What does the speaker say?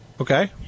Okay